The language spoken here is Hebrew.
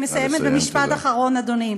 אני מסיימת במשפט אחרון, אדוני.